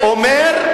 אומר,